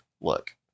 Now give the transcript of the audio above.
look